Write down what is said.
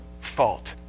fault